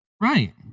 Right